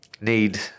need